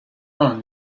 own